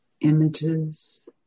images